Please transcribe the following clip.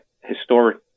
historic